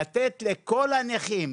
לתת לכל הנכים.